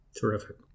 Terrific